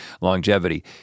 longevity